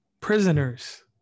prisoners